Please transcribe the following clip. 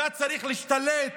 אתה צריך להשתלט